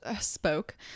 spoke